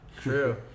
True